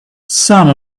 some